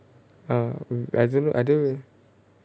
orh I don't know I don't really